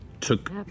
took